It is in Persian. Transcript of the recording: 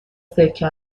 سکه